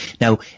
Now